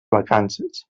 vacances